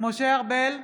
משה ארבל,